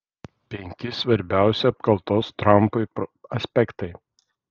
penki svarbiausi apkaltos trampui aspektai